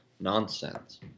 nonsense